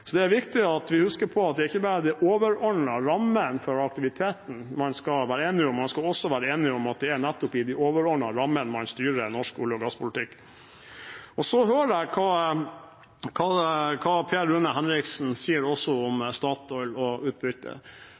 Så det er viktig at vi husker på at det er ikke bare den overordnede rammen for aktiviteten man skal være enige om, man skal også være enige om at det er nettopp i de overordnede rammene man styrer norsk olje- og gasspolitikk. Så hører jeg hva Per Rune Henriksen sier også om Statoil og utbytte.